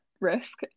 risk